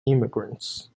immigrants